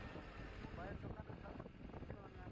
ᱦᱮᱸ ᱢᱳᱵᱟᱭᱤᱞ ᱫᱳᱠᱟᱱ ᱨᱮ ᱥᱟᱵ ᱟᱠᱟᱱᱟ ᱥᱮ ᱵᱟᱝᱟ